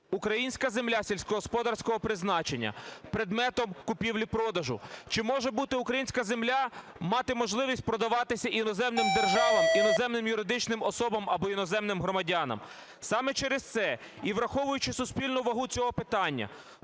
українська земля сільськогосподарського призначення предметом купівлі-продажу, чи може бути українська земля, мати можливість продаватися іноземним державам, іноземним юридичним особам або іноземним громадянам. Саме через це і враховуючи суспільну вагу цього питання,